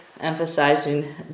emphasizing